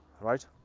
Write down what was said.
Right